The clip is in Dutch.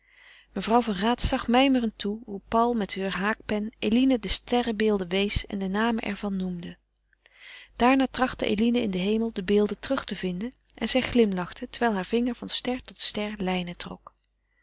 mevrouw van raat zag mijmerend toe hoe paul met heur haakpen eline de sterrenbeelden wees en de namen er van noemde daarna trachtte eline in den hemel de beelden terug te vinden en zij glimlachte terwijl haar wijsvinger van ster tot ster lijnen trok